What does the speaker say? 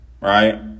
Right